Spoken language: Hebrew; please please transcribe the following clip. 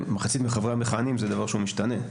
"מחצית מחבריה המכהנים" זה דבר שהוא משתנה.